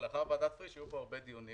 לאחר ועדת פריש היו פה הרבה דיונים